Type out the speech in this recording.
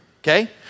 Okay